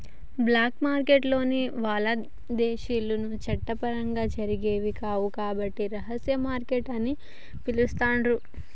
black మార్కెట్టులో లావాదేవీలు చట్టపరంగా జరిగేవి కావు కాబట్టి రహస్య మార్కెట్ అని పిలుత్తాండ్రు